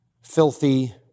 filthy